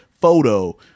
photo